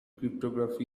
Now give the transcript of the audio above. cryptography